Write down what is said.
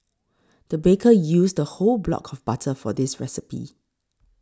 the baker used a whole block of butter for this recipe